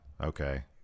okay